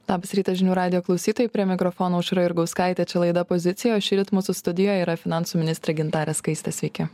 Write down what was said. labas rytas žinių radijo klausytojai prie mikrofono aušra jurgauskaitė čia laida pozicija o šįryt mūsų studijoje yra finansų ministrė gintarė skaistė sveiki